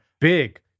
big